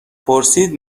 پرسید